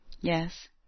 yes